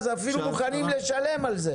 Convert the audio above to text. אז אפילו מוכנים לשלם על זה.